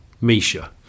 Misha